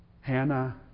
Hannah